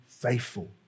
Faithful